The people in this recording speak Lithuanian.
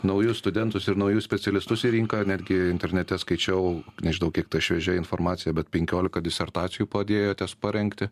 naujus studentus ir naujus specialistus į rinką netgi internete skaičiau nežinau kiek ta šviežia informacija bet penkiolika disertacijų padėjote parengti